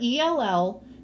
ELL